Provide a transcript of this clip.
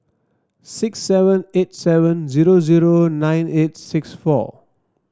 six seven eight seven zero zero nine eight six four